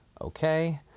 Okay